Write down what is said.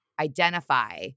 identify